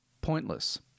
pointless